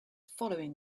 following